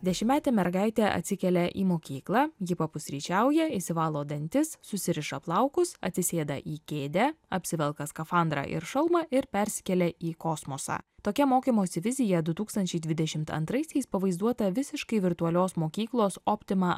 dešimtmetė mergaitė atsikelia į mokyklą ji papusryčiauja išsivalo dantis susiriša plaukus atsisėda į kėdę apsivelka skafandrą ir šalmą ir persikelia į kosmosą tokia mokymosi vizija du tūkstančiai dvidešimt antraisiais pavaizduota visiškai virtualios mokyklos optima